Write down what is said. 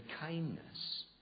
kindness